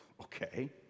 okay